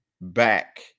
back